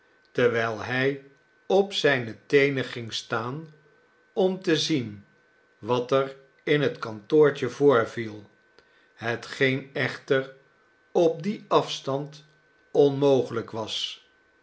terwijl hij op zijne teenen ging staan om te zien wat er in het kantoortje voorviel hetgeen echter op dien afstand onmogelijk was